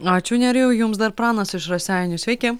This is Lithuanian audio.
ačiū nerijau jums dar pranas iš raseinių sveiki